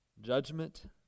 Judgment